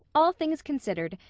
all things considered,